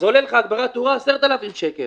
אז עולה לך הגברה ותאורה 10,000 שקל,